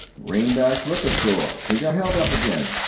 greenback's liquor store. he got held up again.